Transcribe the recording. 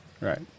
Right